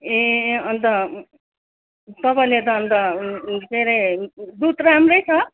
ए अन्त तपाईँले त अन्त के अरे दुध राम्रै छ